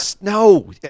No